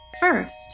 First